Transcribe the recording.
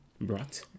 brought